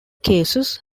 cases